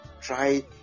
try